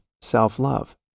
self-love